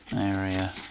area